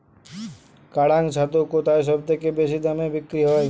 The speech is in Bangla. কাড়াং ছাতু কোথায় সবথেকে বেশি দামে বিক্রি হয়?